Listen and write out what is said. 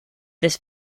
this